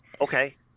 okay